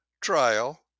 trial